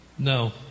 no